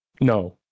No